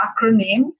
acronym